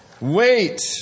Wait